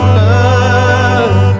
love